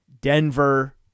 Denver